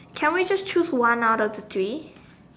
can we just choose one out of the three